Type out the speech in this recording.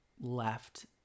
left